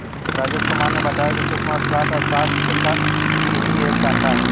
राजेश कुमार ने बताया कि सूक्ष्म अर्थशास्त्र अर्थशास्त्र की ही एक शाखा है